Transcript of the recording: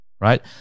right